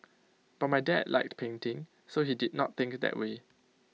but my dad liked painting so he did not think IT that way